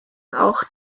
auch